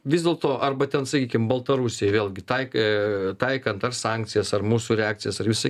vis dėlto arba ten sakykim baltarusijai vėlgi taik taikant ar sankcijas ar mūsų reakcijas ar visą